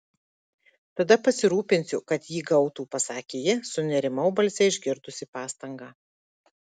tada pasirūpinsiu kad jį gautų pasakė ji sunerimau balse išgirdusi pastangą